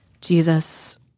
Jesus